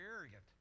arrogant